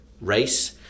race